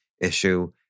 issue